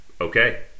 Okay